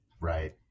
Right